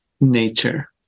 nature